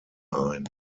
ein